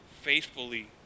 faithfully